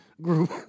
group